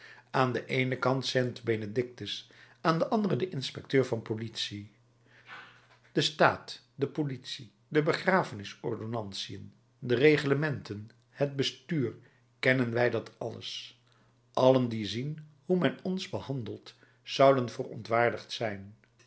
aan den eenen kant st benedictus aan den anderen de inspecteur van politie de staat de politie de begrafenis ordonnantiën de reglementen het bestuur kennen wij dat alles allen die zien hoe men ons behandelt zouden verontwaardigd zijn